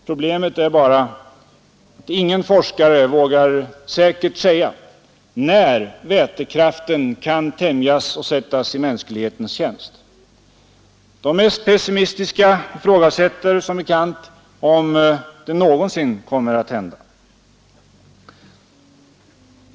Problemet är bara att ingen forskare vågar säga säkert när vätekraften kan tämjas och sättas i mänsklighetens tjänst. De mest pessimistiska ifrågasätter som bekant om det någonsin kommer att hända.